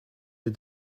les